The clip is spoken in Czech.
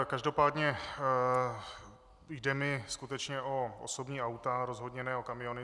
Každopádně jde mi skutečně o osobní auta, rozhodně ne o kamiony.